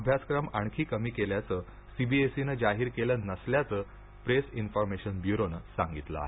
अभ्यासक्रम आणखी कमी केल्याचं सीबीएसईनं जाहीर केलं नसल्याचं प्रेस इन्फोर्मेशन ब्युरोनं सांगितलं आहे